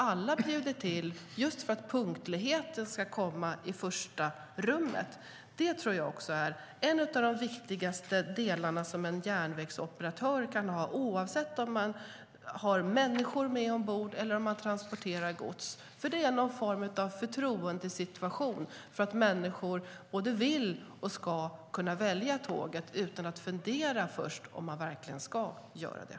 Alla bjuder till för att punktligheten ska komma i första rummet. Det är en av de viktigaste delarna för en järnvägsoperatör, oavsett om det finns människor med ombord eller om det är gods som transporteras. Det är en form av en förtroendesituation för att människor både vill och ska kunna välja tåget utan att först behöva fundera om de verkligen ska göra det.